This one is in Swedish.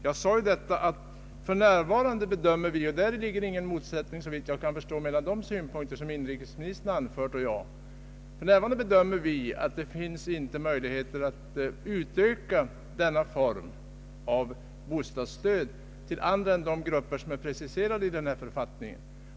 Jag sade att för närvarande bedömer vi det så att det inte finns möjligheter att utsträcka denna form av bostadsstöd till andra än de grupper som är preciserade i denna författning — därvidlag är det såvitt jag kan förstå inte någon motsättning mellan inrikesministerns synpunkter och mina synpunkter.